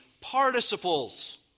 participles